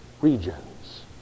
regions